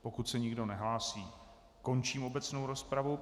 Pokud se nikdo nehlásí, končím obecnou rozpravu.